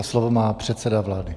Slovo má předseda vlády.